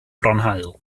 fronhaul